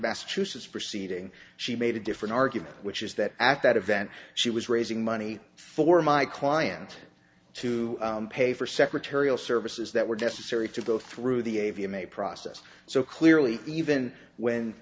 massachusetts proceeding she made a different argument which is that at that event she was raising money for my client to pay for secretarial services that were necessary to go through the a v m a process so clearly even when